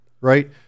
right